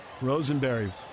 Rosenberry